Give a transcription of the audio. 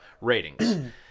ratings